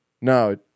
no